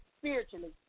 spiritually